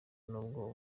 nubwo